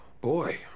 Boy